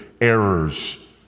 errors